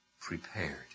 prepared